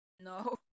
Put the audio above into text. no